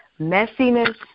messiness